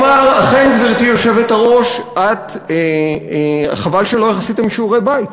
ויושבי-ראש לא מעירים קריאות ביניים.